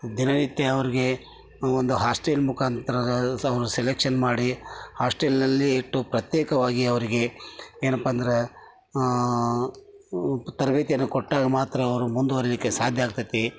ದಿನನಿತ್ಯ ಅವರಿಗೆ ಒಂದು ಹಾಸ್ಟೆಲ್ ಮುಖಾಂತರ ಅವ್ರ ಸೆಲೆಕ್ಷನ್ ಮಾಡಿ ಹಾಸ್ಟೆಲ್ಲಿನಲ್ಲಿ ಇಟ್ಟು ಪ್ರತ್ಯೇಕವಾಗಿ ಅವರಿಗೆ ಏನಪ್ಪ ಅಂದರೆ ತರಬೇತಿಯನ್ನು ಕೊಟ್ಟಾಗ ಮಾತ್ರ ಅವರು ಮುಂದುವರೀಲಿಕ್ಕೆ ಸಾಧ್ಯ ಆಗ್ತದೆ